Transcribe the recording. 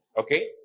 Okay